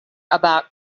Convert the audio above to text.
about